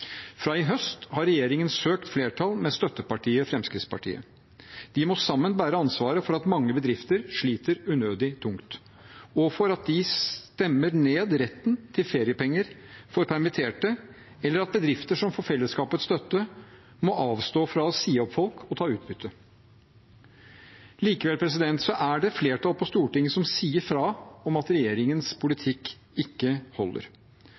Fra i høst har regjeringen søkt flertall med støttepartiet Fremskrittspartiet. De må sammen bære ansvaret for at mange bedrifter sliter unødig tungt, og for at de stemmer ned retten til feriepenger for permitterte, eller at bedrifter som får fellesskapets støtte, må avstå fra å si opp folk og ta utbytte. Likevel er det et flertall på Stortinget som sier fra om at regjeringens politikk ikke holder.